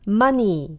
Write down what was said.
money